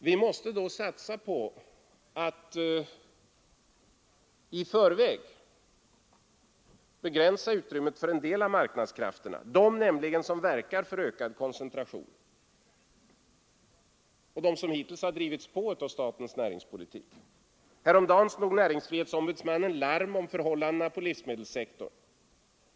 Vi måste här satsa på att i förväg begränsa utrymmet för en del av marknadskrafterna, nämligen de som verkar för ökad koncentration och de som hittills drivits på av statens näringspolitik. Häromdagen slog näringsfrihetsombudsmannen larm om förhållandena på livsmedelssektorn.